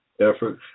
effort